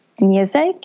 music